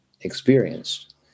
experienced